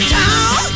town